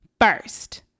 first